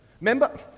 Remember